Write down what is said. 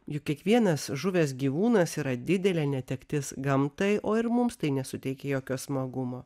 juk kiekvienas žuvęs gyvūnas yra didelė netektis gamtai o ir mums tai nesuteikia jokio smagumo